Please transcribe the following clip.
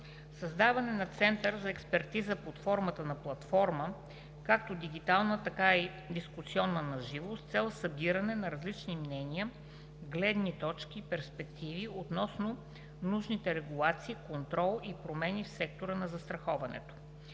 Създаване на Център за експертиза под формата на платформа, както дигитална, така и дискусионна на живо, с цел събиране на различни мнения, гледни точки и перспективи относно нужните регулации, контрол и промени в сектора на застраховането.